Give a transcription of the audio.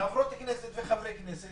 חברות כנסת וחברי כנסת,